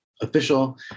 official